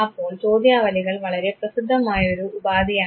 അപ്പോൾ ചോദ്യാവലികൾ വളരെ പ്രസിദ്ധമായൊരു ഉപാധിയാണ്